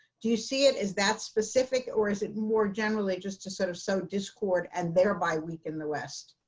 do you see it as that specific, or is it more generally just to sort of sow discord and thereby weaken the west?